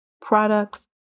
products